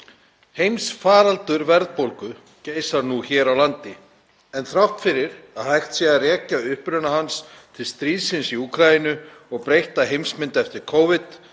Heimsfaraldur verðbólgu geisar nú hér á landi en þrátt fyrir að hægt sé að rekja uppruna hans til stríðsins í Úkraínu og breyttrar heimsmyndar eftir Covid